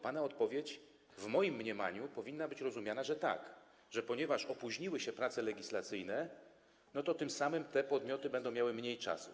Pana odpowiedź w moim mniemaniu powinna być rozumiana, że tak, że ponieważ opóźniły się prace legislacyjne, tym samym te podmioty będą miały mniej czasu.